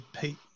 Pete